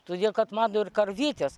todėl kad man ir karvytės